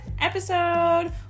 episode